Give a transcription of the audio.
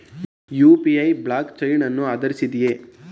UPI blockchain ಅನ್ನು ಆಧರಿಸಿದೆಯೇ?